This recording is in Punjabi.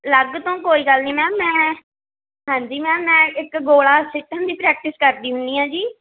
ਅਲੱਗ ਤੋਂ ਕੋਈ ਗੱਲ ਨਹੀਂ ਮੈਂ ਹਾਂਜੀ ਮੈਮ ਮੈਂ ਇੱਕ ਗੋਲਾ ਸੁੱਟਣ ਦੀ ਪ੍ਰੈਕਟਿਸ ਕਰਦੀ ਹੁੰਦੀ ਹਾਂ ਜੀ